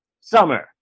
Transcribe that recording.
Summer